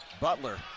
Butler